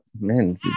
man